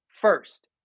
first